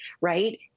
right